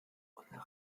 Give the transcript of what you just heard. unsere